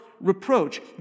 reproach